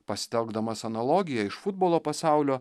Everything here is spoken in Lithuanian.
pasitelkdamas analogiją iš futbolo pasaulio